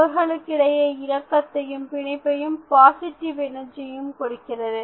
அவர்களுக்கிடையே இணக்கத்தையும் பிணைப்பையும் பாசிட்டிவ் எனர்ஜியும் கொடுக்கிறது